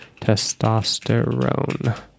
testosterone